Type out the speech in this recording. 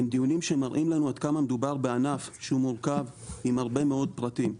הם דיונים שמראים לנו עד כמה מדובר בענף שמורכב עם הרבה מאוד פרטים.